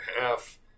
half